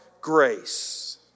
grace